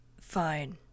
Fine